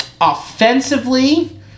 Offensively